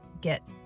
get